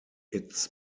its